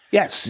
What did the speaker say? Yes